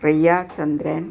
Riya Chandran